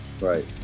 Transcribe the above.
right